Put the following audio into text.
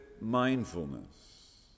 mindfulness